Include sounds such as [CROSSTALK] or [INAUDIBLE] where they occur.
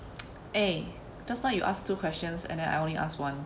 [NOISE] eh just now you asked two questions and I only ask one